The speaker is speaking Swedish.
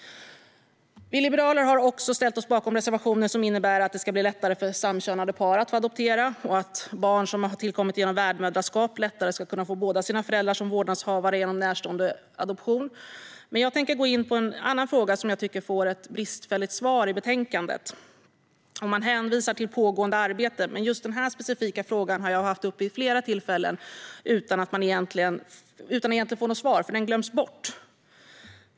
Vi liberaler har även ställt oss bakom reservationer som innebär att det ska bli lättare för samkönade par att få adoptera och att barn som har tillkommit genom värdmoderskap lättare ska kunna få båda sina föräldrar som vårdnadshavare genom närståendeadoption. Men jag tänker gå in på en annan fråga, som jag tycker får ett bristfälligt svar i betänkandet. Man hänvisar till pågående arbete, men just den här specifika frågan har jag haft uppe vid flera tillfällen utan att egentligen få något svar - den glöms bort.